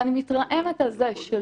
ואני מתרעמת על זה שלא